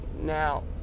Now